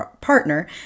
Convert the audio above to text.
partner